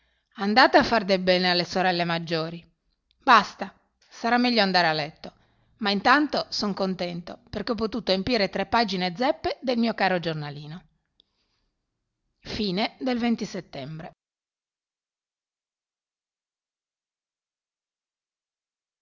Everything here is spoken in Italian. andate a far del bene alle sorelle maggiori basta sarà meglio andare a letto ma intanto son contento perché ho potuto empire tre pagine zeppe del mio caro giornalino settembre